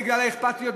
בגלל האכפתיות,